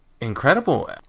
incredible